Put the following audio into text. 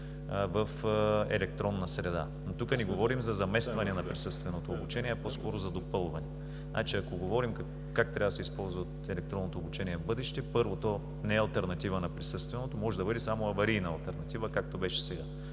в електронна среда, но тук не говорим за заместване на присъственото обучение, а по-скоро за допълване. Ако говорим как трябва да се използва електронно обучение в бъдеще – първо, то не е алтернатива на присъственото, може да бъде само аварийна алтернатива, както беше сега.